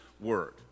word